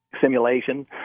Simulation